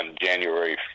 January